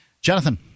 Jonathan